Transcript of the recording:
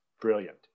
brilliant